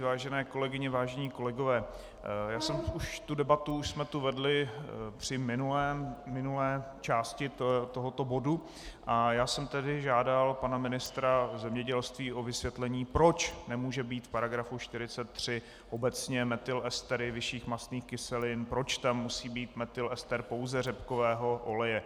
Vážené kolegyně, vážení kolegové, tu debatu už jsme tu vedli při minulé části tohoto bodu a já jsem tehdy žádal pana ministra zemědělství o vysvětlení, proč nemůže být v § 43 obecně metylester vyšších mastných kyselin, proč tam musí být metylester pouze řepkového oleje.